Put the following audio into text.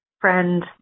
friend